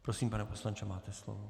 Prosím, pane poslanče, máte slovo.